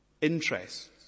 Interests